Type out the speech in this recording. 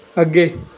ਅੱਗੇ